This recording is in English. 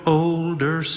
older